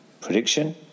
Prediction